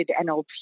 NLP